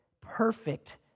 perfect